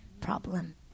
problem